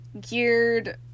geared